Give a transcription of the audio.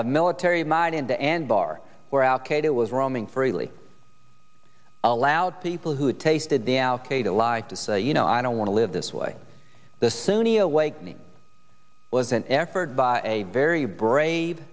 of military might into anbar where al qaeda was roaming freely allowed people who had tasted the al qaeda life to say you know i don't want to live this way the sunni awakening was an effort by a very brave